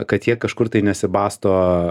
kad jie kažkur tai nesibasto